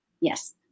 Yes